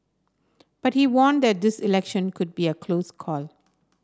but he warned that this election could be a close call